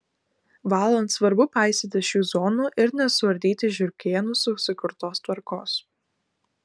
valant svarbu paisyti šių zonų ir nesuardyti žiurkėnų susikurtos tvarkos